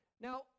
Now